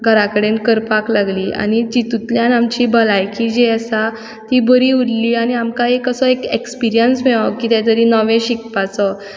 घरा कडेन करपाक लागलीं आनी तितुंतल्यान आमची भलायकी जी आसा ती बरी उरली आनी आमकां एक असो एक एक्सपिरियंस मेळ्ळो कितें तरी नवें शिकपाचो